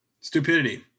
Stupidity